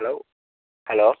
hello hello